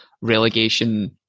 relegation